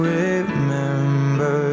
remember